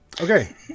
Okay